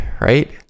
right